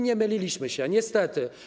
Nie myliliśmy się, niestety.